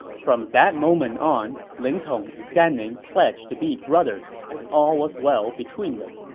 from that moment on, ling tong and gan ning pledged to be brothers, and all was well between them